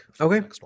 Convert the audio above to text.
okay